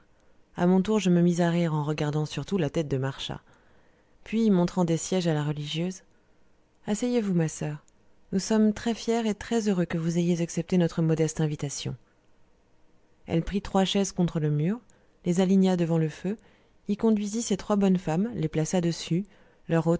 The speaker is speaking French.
a mon tour je me mis à rire en regardant surtout la tête de marchas puis montrant des sièges à la religieuse asseyez-vous ma soeur nous sommes très fiers et très heureux que vous ayez accepté notre modeste invitation elle prit trois chaises contre le mur les aligna devant le feu y conduisit ses trois bonnes femmes les plaça dessus leur